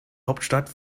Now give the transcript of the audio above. hauptstadt